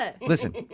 listen